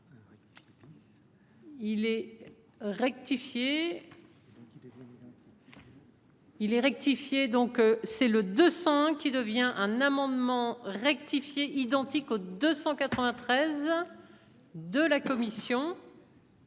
Il est rectifier. Donc c'est le 200 hein qui devient un amendement rectifier identique au 293. De la commission.